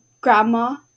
grandma